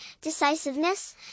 decisiveness